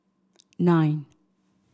nine